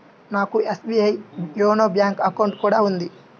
నాకు SBI YONO bank account కూడా ఉంది